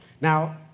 Now